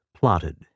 plotted